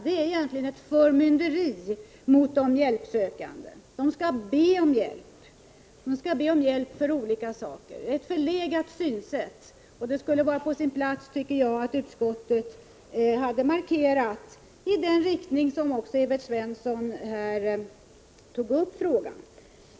Det är egentligen förmynderi mot de hjälpsökande — de skall be om hjälp för olika saker. Det är ett förlegat synsätt, och det skulle vara på sin plats att utskottet gjorde en markering, i den riktning som Evert Svensson tog upp frågan.